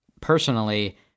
personally